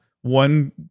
one